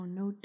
no